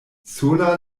sola